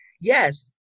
yes